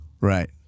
Right